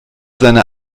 seine